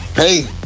Hey